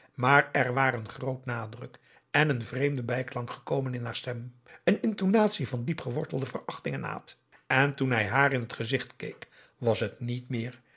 maar er waren groote nadruk en een vreemde bijklank gekomen in haar stem een intonatie van diep gewortelde verachting en haat en toen hij haar in het gezicht keek was het niet meer